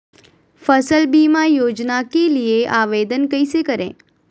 फसल बीमा योजना के लिए आवेदन कैसे करें?